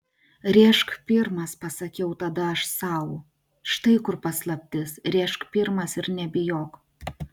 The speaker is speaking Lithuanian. rėžk pirmas pasakiau tada aš sau štai kur paslaptis rėžk pirmas ir nebijok